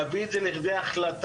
להביא את זה לכדי החלטה,